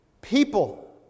people